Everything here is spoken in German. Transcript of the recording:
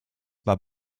war